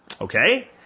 Okay